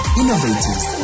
innovators